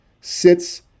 sits